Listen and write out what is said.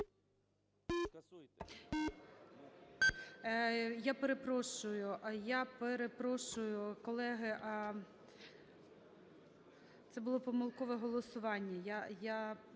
Я перепрошую, колеги, це було помилкове голосування. Я